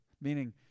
meaning